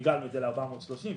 עיגלנו את זה ל-430 שקלים.